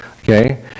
okay